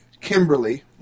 Kimberly